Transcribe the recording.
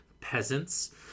Peasants